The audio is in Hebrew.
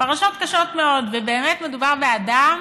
פרשות קשות מאוד, ובאמת מדובר באדם